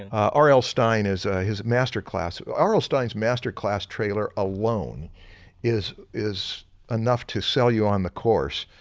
r l. stein is his master class r l. stein's master class trailer alone is is enough to sell you on the course,